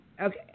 Okay